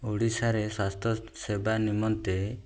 ଓଡ଼ିଶାରେ ସ୍ୱାସ୍ଥ୍ୟ ସେବା ନିମନ୍ତେ